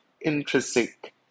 intrinsic